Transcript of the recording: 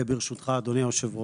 ברשותך אדוני היושב ראש.